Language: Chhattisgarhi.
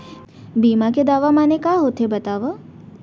बीमा के दावा माने का होथे बतावव?